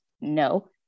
No